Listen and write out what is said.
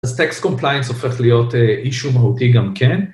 אז טקסט קומפליינס הופך להיות אישום מהותי גם כן